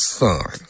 son